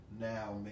now